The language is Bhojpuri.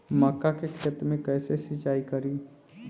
मका के खेत मे कैसे सिचाई करी?